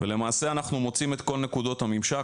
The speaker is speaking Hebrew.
ולמעשה אנחנו מוצאים את כל נקודות הממשק.